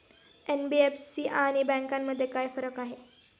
NBFC आणि बँकांमध्ये काय फरक आहे?